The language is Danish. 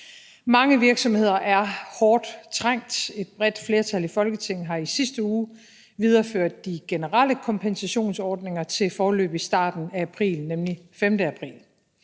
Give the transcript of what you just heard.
Mange virksomheder er hårdt trængt. Et bredt flertal i Folketinget har i sidste uge videreført de generelle kompensationsordninger til foreløbig starten af april, nemlig den 5. april.